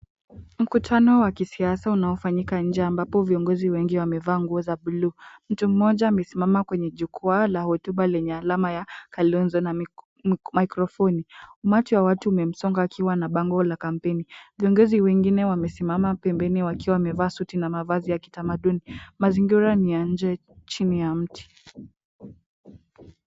Mkutano wa kisiasa unaofanyika nje ambapo viongozi wengi wamevaa nguo za bluu, mtu mmoja amesimama kwenye jukwaa la hotuba lenye alama ya Kalonzo na mikrofoni ,umati wa watu umemsonga akiwa na bango la kampeni , viongozi wengine wamesimama pembeni wakiwa wamevaa suti na mavazi ya kitamaduni ,mazingira ni ya nje chini ya mti.